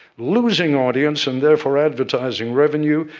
losing audience and, therefore, advertising revenue,